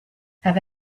have